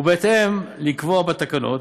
ובהתאם, לקבוע בתקנות.